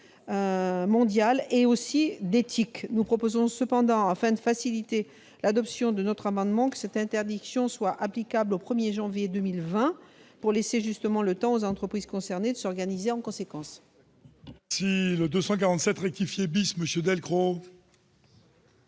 mondiale, ainsi que d'éthique. Nous proposons cependant, afin de faciliter l'adoption de notre amendement, que cette interdiction prenne effet au 1 janvier 2020, pour laisser le temps aux entreprises concernées de s'organiser en conséquence.